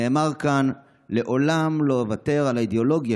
נאמר כאן: "לעולם לא אוותר על האידיאולוגיה